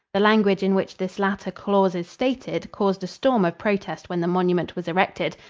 the language in which this latter clause is stated caused a storm of protest when the monument was erected,